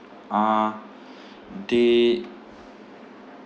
uh they